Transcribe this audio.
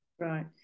Right